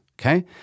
okay